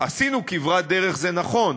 עשינו כברת דרך, זה נכון.